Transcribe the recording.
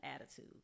attitude